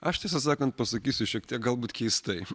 aš tiesą sakant pasakysiu šiek tiek galbūt keistai